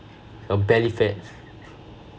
your belly fat